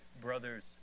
brothers